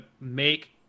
make